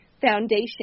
foundation